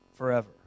forever